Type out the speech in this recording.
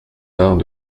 arts